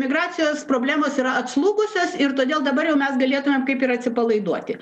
migracijos problemos yra atslūgusios ir todėl dabar jau mes galėtumėm kaip ir atsipalaiduoti